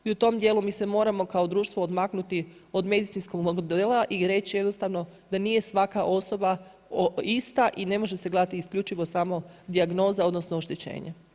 I u tom djelu mi se moramo kao društvo odmaknuti od medicinskog modela i reći jednostavno da nije svaka osoba ista i ne može se gledati isključivo samo dijagnoza odnosno oštećenje.